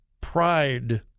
Pride